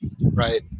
Right